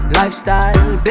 lifestyle